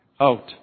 out